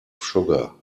sugar